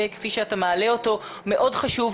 הנושא הזה, כפי שאתה מעלה אותו, מאוד חשוב.